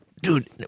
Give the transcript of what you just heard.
dude